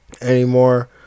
anymore